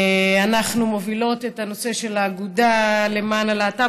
אנחנו מובילות את הנושא של האגודה למען הלהט"ב,